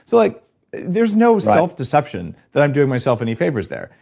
so like there's no self-deception that i'm doing myself any favors there.